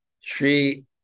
Shri